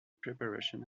preparation